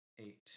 Eight